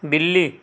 बिल्ली